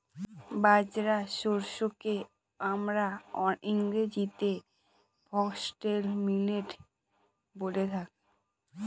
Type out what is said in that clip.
বাজরা শস্যকে আমরা ইংরেজিতে ফক্সটেল মিলেট বলে থাকি